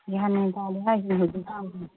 ꯒ꯭ꯌꯥꯟ ꯃꯦꯟ ꯇꯥꯗꯦ ꯍꯥꯏꯁꯤꯅꯤ ꯍꯧꯖꯤꯛ ꯀꯥꯟꯁꯤꯅ